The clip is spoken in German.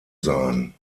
sein